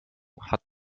hat